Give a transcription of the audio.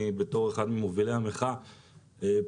כאחד ממובילי המחאה,